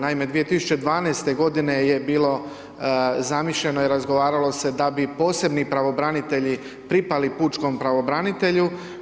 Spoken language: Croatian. Naime, 2012. godine je bilo zamišljeno i razgovaralo se da bi posebni pravobranitelji pripali pučkom pravobranitelju.